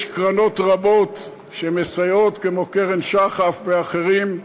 יש קרנות רבות שמסייעות, כמו קרן שח"ף ואחרים,